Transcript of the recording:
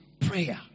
prayer